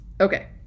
Okay